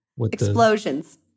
Explosions